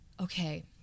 okay